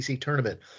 tournament